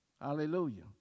Hallelujah